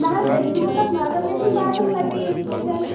نہَ حظ أسۍ دِمو تَتھ نظر مےٚ چھُنہٕ باسان سۄ پیٚیہِ یِتھٕ پٲٹھٮ۪ن